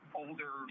older